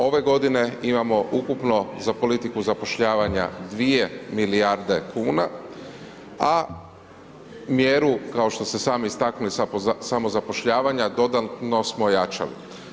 Ove godine imamo ukupno za politiku zapošljavanja 2 milijarde kuna, a mjeru kao što ste sami istaknuli samozapošljavanja dodatno smo ojačali.